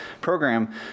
program